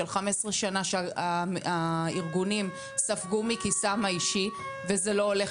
של 15 שנה שהארגונים ספגו מכיסם האישי וזה לא הולך